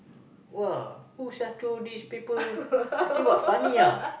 !wah! who sia throw this paper you think what funny ah